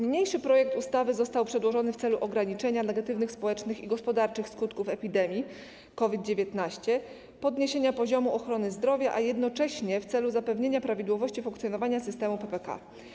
Niniejszy projekt ustawy został przedłożony w celu ograniczenia negatywnych społecznych i gospodarczych skutków epidemii COVID-19, podniesienia poziomu ochrony zdrowia, a jednocześnie w celu zapewnienia prawidłowości funkcjonowania systemu PPK.